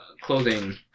clothing